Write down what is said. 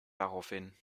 daraufhin